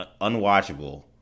unwatchable